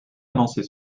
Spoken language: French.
avancée